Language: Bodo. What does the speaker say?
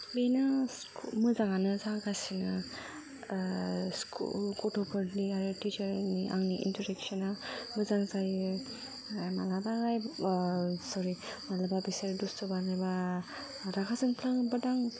बेनो मोजाङानो जागासिनो स्कुल गथ'फोरनि आरो टिचारनि आंनि इन्टारेकसन आ मोजां जायो मालाबालाय सरि मालाबा बिसोर दुस्थ' बानायबा रागा जोंफ्लाङो बाट आं